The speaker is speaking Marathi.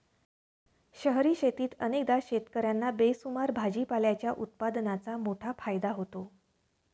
शहरी शेतीत अनेकदा शेतकर्यांना बेसुमार भाजीपाल्याच्या उत्पादनाचा मोठा फायदा होतो